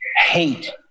Hate